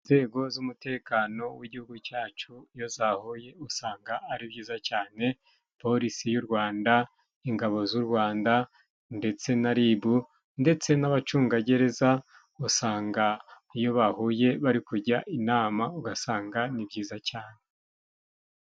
Inzego z'umutekano w'Igihugu cyacu iyo zahuye usanga ari byiza cyane. Polisi y'u Rwanda, ingabo z'u Rwanda ndetse na Ribu ndetse n'Abacungagereza, usanga iyo bahuye bari kujya inama ugasanga ni byiza cyane.